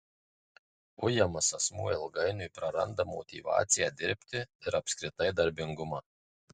ujamas asmuo ilgainiui praranda motyvaciją dirbti ir apskritai darbingumą